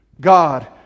God